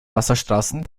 wasserstraßen